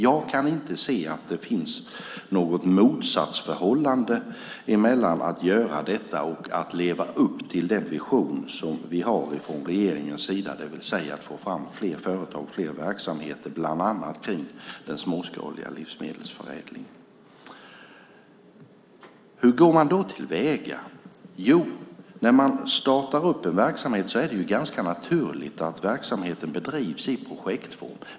Jag kan inte se att det finns något motsatsförhållande mellan att göra detta och att leva upp till den vision som regeringen har, det vill säga att få fram fler företag och fler verksamheter bland annat inom den småskaliga livsmedelsförädlingen. Hur går man då till väga? När man startar en verksamhet är det ganska naturligt att verksamheten bedrivs i projektform.